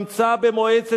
היה נשיא וראש אבות בתי-הדין.